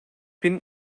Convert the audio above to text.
bin